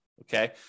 Okay